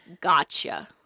Gotcha